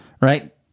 right